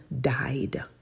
died